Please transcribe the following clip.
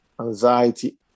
anxiety